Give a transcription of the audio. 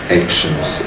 actions